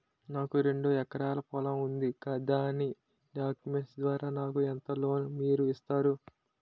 నాకు రెండు ఎకరాల పొలం ఉంది దాని డాక్యుమెంట్స్ ద్వారా నాకు ఎంత లోన్ మీరు ఇస్తారు?